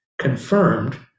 confirmed